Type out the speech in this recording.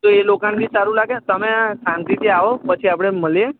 તો એ લોકોને બી સારું લાગે તમે શાંતિથી આવો પછી આપણે મળીએ